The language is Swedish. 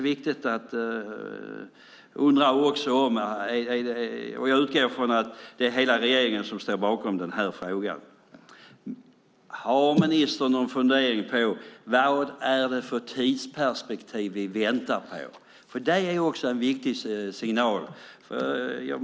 Jag utgår från att hela regeringen står bakom denna fråga. Vad talar vi om för tidsperspektiv, ministern? Det är också en viktig signal.